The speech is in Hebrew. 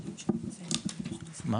מה